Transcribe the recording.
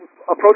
approach